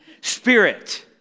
Spirit